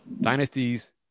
dynasties